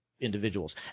Individuals